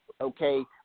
okay